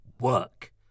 work